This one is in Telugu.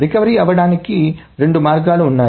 రికవరీ అవ్వడానికి రెండు మార్గాలు ఉన్నాయి